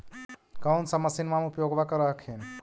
कौन सा मसिन्मा मे उपयोग्बा कर हखिन?